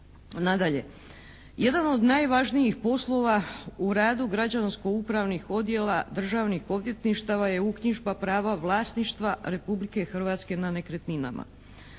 Nadalje, jedan od najvažnijih poslova u radu građansko-upravnih odjela državnih odvjetništava je uknjižba prava vlasništva Republike Hrvatske na nekretninama.